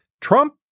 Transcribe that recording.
Trump